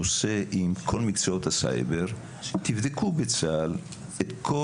עושה עם כל מקצועות הסייבר תבדקו בצה"ל את כל